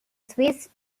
swiss